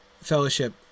fellowship